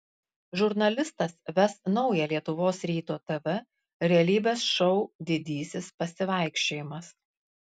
žurnalistas ves naują lietuvos ryto tv realybės šou didysis pasivaikščiojimas